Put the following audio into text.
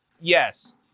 yes